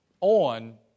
on